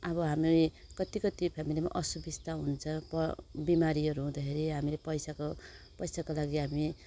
अब हामी कति कति फ्यामिलीमा असुबिस्ता हुन्छ बिमारीहरू हुँदाखेरि हामीले पैसाको पैसाको लागि हामी